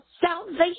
salvation